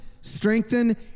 strengthen